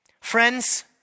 Friends